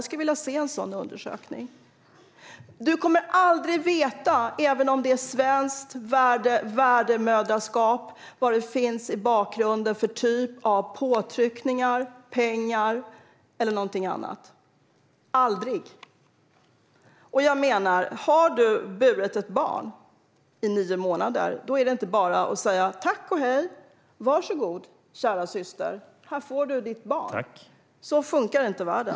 Även om det är ett svenskt värdmoderskap kommer man aldrig att veta vilken typ av påtryckningar som finns i bakgrunden, till exempel pengar eller någonting annat - aldrig. Har man burit ett barn i nio månader är det inte bara att säga: Var så god, kära syster, här får du ditt barn. Tack och hej! Så funkar inte världen.